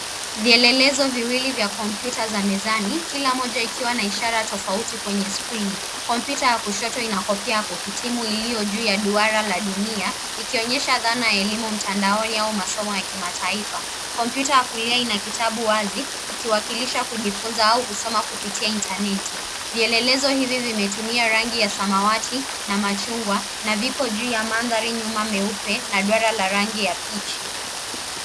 Vielelezo vile na kompyuta kwenye meza. Kila moja ikiwa na ishara tofauti kwenye skrini. Kompyuta ya kushoto inaonyesha hitimisho la duara la dunia, ikionyesha zana za elimu mtandaoni au masomo kutoka mataifa mbalimbali. Kompyuta ya kulia haina kitabu, ikiwakilisha kujifunza au kusoma kupitia intaneti